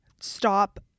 stop